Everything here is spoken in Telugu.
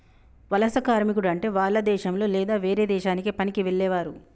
వలస కార్మికుడు అంటే వాల్ల దేశంలొ లేదా వేరే దేశానికి పనికి వెళ్లేవారు